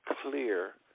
clear